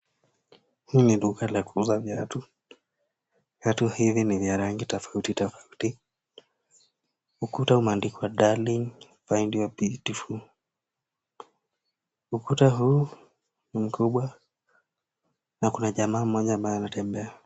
Hili ni duka la kuuza viatu, viatu hivi ni vya rangi tofauti tofauti. Ukuta umeandikwa darling your beautiful . Ukuta huu ni mkubwa na kuna jamaa ambaye anatembea.